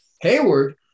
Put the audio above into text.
Hayward